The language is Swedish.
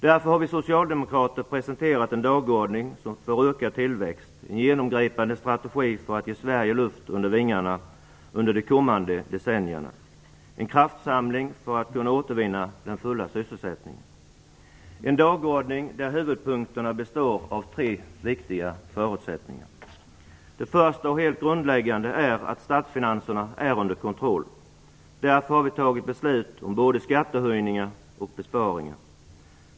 Därför har vi socialdemokrater presenterat en dagordning för ökad tillväxt - en genomgripande strategi för att ge Sverige luft under vingarna under de kommande decennierna, och en kraftsamling för att kunna återvinna den fulla sysselsättningen. Det är en dagordning där huvudpunkterna består av tre viktiga förutsättningar. Den första och helt grundläggande är att statsfinanserna är under kontroll. Därför har vi tagit beslut om både skattehöjningar och besparingar.